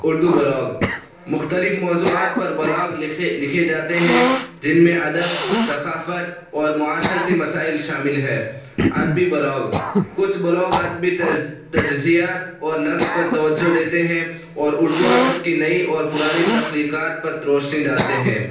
Urdu blog مختلف موضوعات پر بلاگ لکھے لکھے جاتے ہیں جن میں ادب ثقافت اور معاشرتی مسائل شامل ہے ادبی بلاگ کچھ بلاگ ادبی تجزیات اور نقد پر توجہ دیتے ہیں اور اردو ادب کی نئی اور پرانی تخلیقات پر روشنی ڈالتے ہیں